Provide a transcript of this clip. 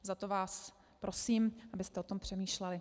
Proto vás prosím, abyste o tom přemýšleli.